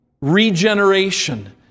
regeneration